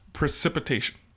Precipitation